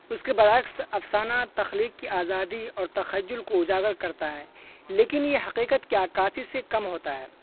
اس کے برعکس افسانہ تخلیق کی آزادی اور تخیل کو اجاگر کرتا ہے لیکن یہ حقیقت کی عکاسی سے کم ہوتا ہے